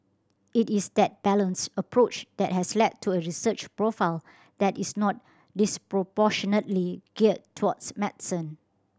it is that balanced approach that has led to a research profile that is not disproportionately geared towards medicine